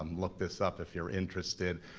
um look this up if you're interested.